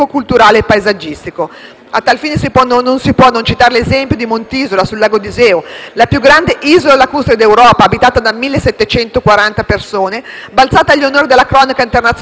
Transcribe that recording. A tal fine, non si può non citare l'esempio di Monte Isola, sul lago d'Iseo, la più grande isola lacustre d'Europa, abitata da 1.740 persone, balzata agli onori della cronaca internazionale nell'estate 2016,